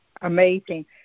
amazing